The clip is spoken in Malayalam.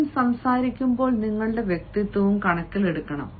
വീണ്ടും സംസാരിക്കുമ്പോൾ നിങ്ങളുടെ വ്യക്തിത്വവും കണക്കിലെടുക്കണം